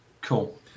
Cool